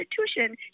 institution